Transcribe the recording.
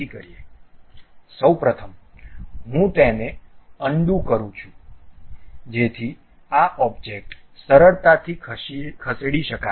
સૌ પ્રથમ હું તેને અનડુ કરું છું જેથી આ ઓબ્જેક્ટ સરળતાથી ખસેડી શકાય